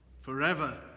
Forever